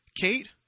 Kate